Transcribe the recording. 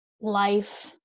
life